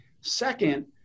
Second